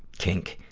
kink.